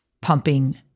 pumping